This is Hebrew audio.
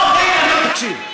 לא, מאיר, תקשיב.